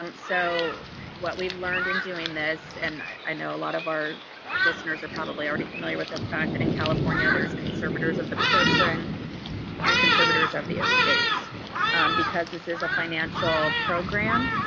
um so what we've learned in doing this and i know a lot of our listeners are probably already familiar with the fact that in california there's conservators of the person and conservators of the estate because this is a financial program